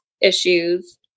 issues